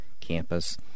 campus